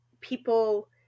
people